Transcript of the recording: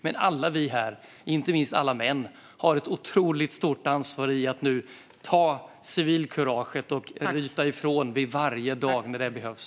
Men alla vi här, inte minst alla män, har ett otroligt stort ansvar för att nu ta civilkuraget och ryta ifrån varje dag när det behövs.